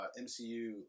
MCU